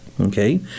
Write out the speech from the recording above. Okay